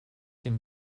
dem